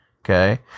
Okay